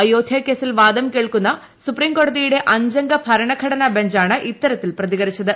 അയോധൃ കേസിൽ വാദം കേൾക്കുന്ന സുപ്രീംകോടതിയുടെ അഞ്ചംഗ ഭരണഘടനാ ബഞ്ചാണ് ഇത്തരത്തിൽ പ്രതികരിച്ചത്